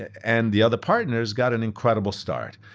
and the other partners got an incredible start.